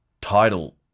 title